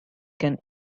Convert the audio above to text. can